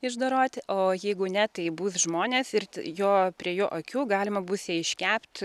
išdoroti o jeigu ne tai bus žmonės ir jo prie jo akių galima bus jai iškept